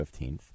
15th